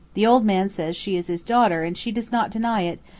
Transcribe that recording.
the old man says she is his daughter and she does not deny it,